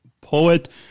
poet